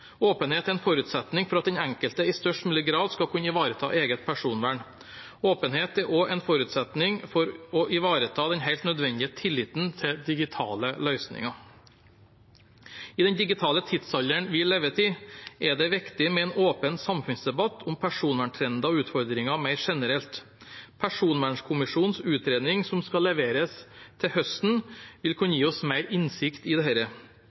størst mulig grad skal kunne ivareta eget personvern. Åpenhet er også en forutsetning for å ivareta den helt nødvendige tilliten til digitale løsninger. I den digitale tidsalderen vi lever i, er det også viktig med en åpen samfunnsdebatt om personverntrender og personvernutfordringer mer generelt. Personvernkommisjonens utredning, som skal leveres til høsten, vil kunne gi oss mer innsikt i